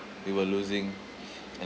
we were losing